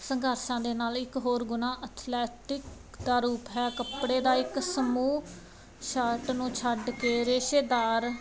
ਸੰਘਾਰਸ਼ਾ ਦੇ ਨਾਲ ਇੱਕ ਹੋਰ ਗੁਨਾ ਅਥਲੈਟਿਕ ਦਾ ਰੂਪ ਹੈ ਕੱਪੜੇ ਦਾ ਇੱਕ ਸਮੂਹ ਸ਼ਾਟ ਨੂੰ ਛੱਡ ਕੇ ਰੇਸ਼ੇਦਾਰ